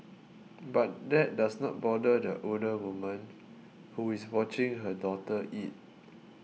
but that does not bother the older woman who is watching her daughter eat